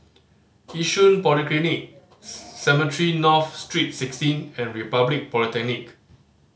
Yishun Polyclinic Cemetry North Street Sixteen and Republic Polytechnic